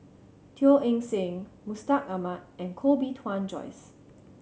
Teo Eng Seng Mustaq Ahmad and Koh Bee Tuan Joyce